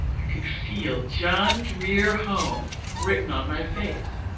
i could feel john grier home written on my face.